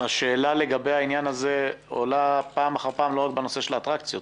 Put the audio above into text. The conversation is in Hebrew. השאלה לגבי העניין הזה עולה פעם אחרי פעם לא רק בנושא של האטרקציות.